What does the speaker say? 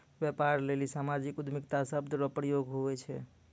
व्यापार लेली सामाजिक उद्यमिता शब्द रो प्रयोग हुवै छै